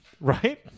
Right